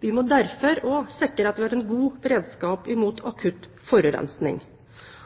Vi må derfor også sikre at vi har en god beredskap mot akutt forurensning.